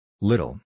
Little